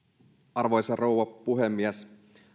arvoisa rouva puhemies